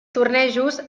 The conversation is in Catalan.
tornejos